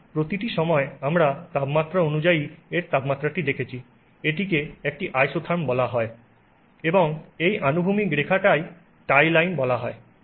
সুতরাং প্রতিটি সময় আমরা তাপমাত্রা অনুসারে এর তাপমাত্রাটি দেখছি এটিকে একটি আইসোথার্ম বলা হয় এবং এই আনুভূমিক রেখাটিকে টাই লাইন বলা হয়